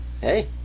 Hey